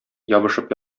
ябышып